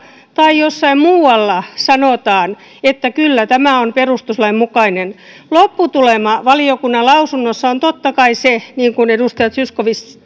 tai jossain muualla sanotaan että kyllä tämä on perustuslain mukainen lopputulema valiokunnan lausunnossa on totta kai se niin kuin edustaja zyskowicz